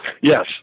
Yes